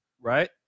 right